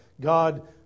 God